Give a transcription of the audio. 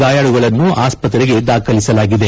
ಗಾಯಾಳುಗಳನ್ನು ಆಸ್ಪತ್ರೆಗೆ ದಾಖಲಿಸಲಾಗಿದೆ